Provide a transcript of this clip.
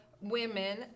women